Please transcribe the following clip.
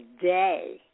day